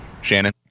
Shannon